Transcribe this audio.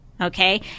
Okay